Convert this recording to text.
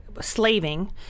slaving